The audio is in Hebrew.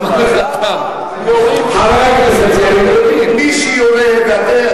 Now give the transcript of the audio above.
למה יורים, חבר הכנסת יריב לוין.